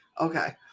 Okay